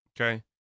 okay